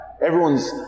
Everyone's